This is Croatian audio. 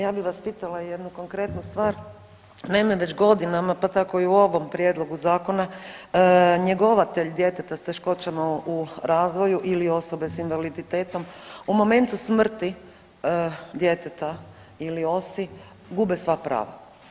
Ja bih vas pitala jednu konkretnu stvar, naime već godinama pa tako i u ovom prijedlogu zakona njegovatelj djeteta s teškoćama u razvoju ili osobe s invaliditetom u momentu smrti djeteta ili OSI gube sva prava.